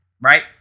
right